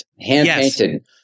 Hand-painted